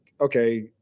okay